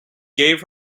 gave